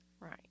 Right